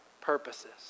purposes